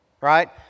right